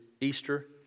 Easter